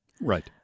Right